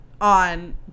on